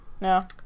no